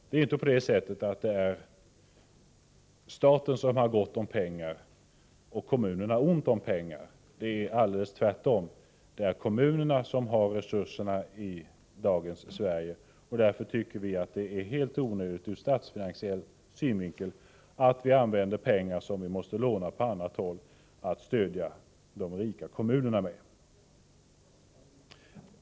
Det är inte staten som har gott om pengar och kommunerna som har ont om pengar. Det är tvärtom så att kommunerna har resurserna i dagens Sverige, och därför tycker vi att det är helt onödigt ur statsfinansiell synvinkel att för att stödja de rika kommunerna använda pengar som måste lånas på annat håll.